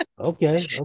okay